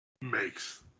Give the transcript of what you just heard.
makes